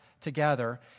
together